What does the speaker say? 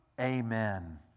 Amen